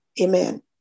Amen